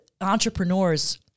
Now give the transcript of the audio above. entrepreneurs